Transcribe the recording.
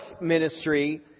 ministry